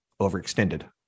overextended